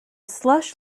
slush